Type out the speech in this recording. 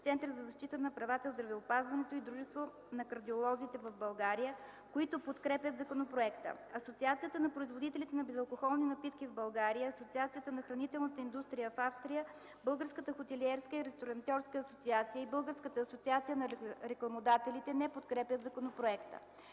Център за защита правата в здравеопазването и Дружество на кардиолозите в България, които подкрепят законопроекта. Асоциацията на производителите на безалкохолни напитки в България, Асоциацията на хранителната индустрия в Австрия, Българската хотелиерска и ресторантьорска асоциация и Българската асоциация на рекламодателите не подкрепят законопроекта.